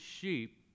sheep